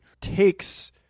takes